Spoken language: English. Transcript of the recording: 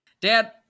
Dad